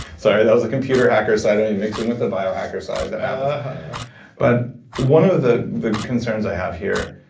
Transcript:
sorry, that was the computer hacker side of me mixed in with the bio hacker side one but one of the the concerns i have here